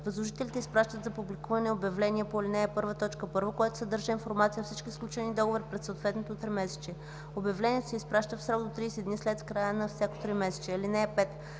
възложителите изпращат за публикуване обявление по ал. 1, т. 1, което съдържа информация за всички сключени договори през съответното тримесечие. Обявлението се изпраща в срок до 30 дни след края на всяко тримесечие.